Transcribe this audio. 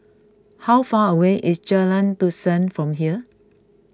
how far away is Jalan Dusun from here